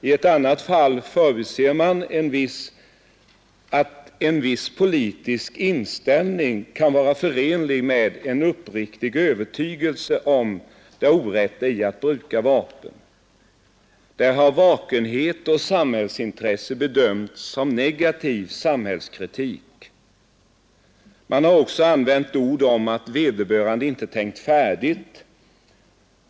I ett annat fall förbiser man att en viss politisk inställning kan vara förenlig med en uppriktig övertygelse om det orätta i att bruka vapen. Där har vakenhet och samhällsintresse bedömts som negativ samhällskritik. Man har också talat om att vederbörande ”inte har tänkt färdigt”.